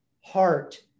heart